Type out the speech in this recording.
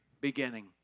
beginning